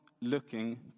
looking